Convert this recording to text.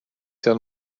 seal